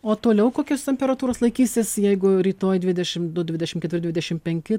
o toliau kokios temperatūros laikysis jeigu rytoj dvidešim du dvidešim dvidešim penki